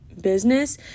business